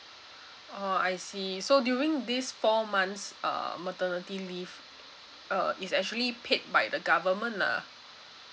ah I see okay so during this four months uh maternity leave uh is actually paid by the government lah